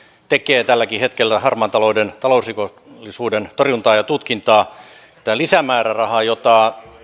tekee tälläkin hetkellä harmaan talouden talousrikollisuuden torjuntaa ja tutkintaa tätä lisämäärärahaa jota